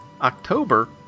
October